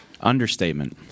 Understatement